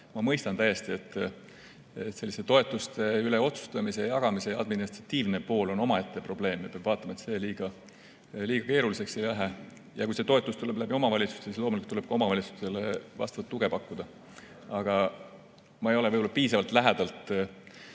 Ma mõistan täiesti, et selliste toetuste üle otsustamine ja nende jagamise administratiivne pool on omaette probleem ja peab vaatama, et see liiga keeruliseks ei lähe. Ja kui see toetus tuleb omavalitsuste kaudu, siis loomulikult tuleb ka omavalitsustele vastavat tuge pakkuda. Aga ma ei ole piisavalt lähedalt